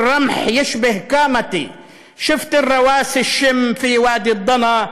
/ אלוהים, תן לנפשי להתמיד באצילותה.